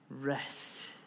rest